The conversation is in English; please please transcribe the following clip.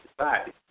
society